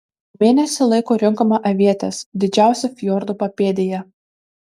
mėnesį laiko rinkome avietes didžiausio fjordo papėdėje